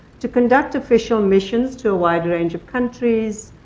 to conduct official missions to a wide range of countries.